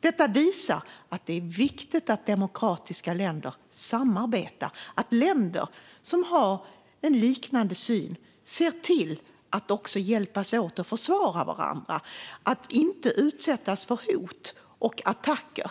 Detta visar att det är viktigt att demokratiska länder samarbetar och att länder som har en liknande syn ser till att också hjälpas åt att försvara varandra och att inte utsättas för hot och attacker.